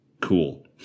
Cool